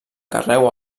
carreu